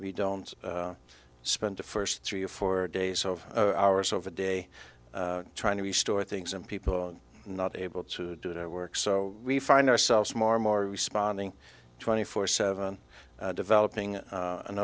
we don't spend the first three or four days of hours over a day trying to restore things and people not able to do their work so we find ourselves more and more responding twenty four seven developing an a